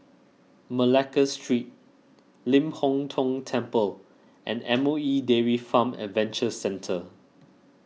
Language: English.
Malacca Street Ling Hong Tong Temple and M O E Dairy Farm Adventure Centre